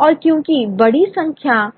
और क्योंकि बड़ी संख्या